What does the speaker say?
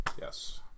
Yes